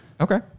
Okay